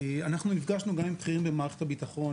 אנחנו נפגשנו גם עם בכירים במערכת הביטחון,